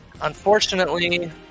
Unfortunately